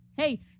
Hey